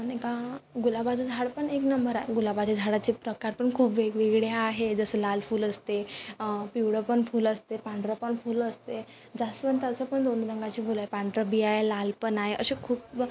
नाही का गुलाबाचं झाड पण एक नंबर आहे गुलाबाच्या झाडाचे प्रकार पण खूप वेगवेगळे आहे जसं लाल फुलं असते पिवळं पण फुलं असते पांढरं पण फुलं असते जास्वंदाचं पण दोन रंगाचे फुलं आहे पांढरंही आहे लाल पण आहे असे खूप